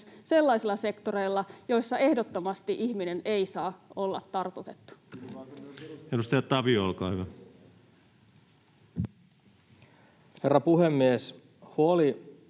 sellaisilla sektoreilla, joissa ehdottomasti ihminen ei saa olla tartutettu? Edustaja Tavio, olkaa hyvä. Herra puhemies! Huoli